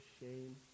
shame